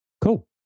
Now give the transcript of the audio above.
Cool